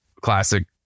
classic